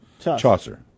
Chaucer